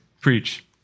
preach